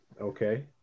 Okay